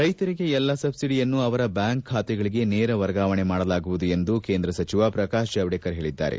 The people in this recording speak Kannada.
ರೈತರಿಗೆ ಎಲ್ಲ ಸಬ್ಲಡಿಯನ್ನು ಅವರ ಬ್ಯಾಂಕ್ ಖಾತೆಗಳಿಗೆ ನೇರ ವರ್ಗಾವಣೆ ಮಾಡಲಾಗುವುದು ಎಂದು ಕೇಂದ್ರ ಸಚಿವ ಪ್ರಕಾಶ್ ಜಾವಡೇಕರ್ ಹೇಳಿದ್ದಾರೆ